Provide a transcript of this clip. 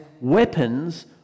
weapons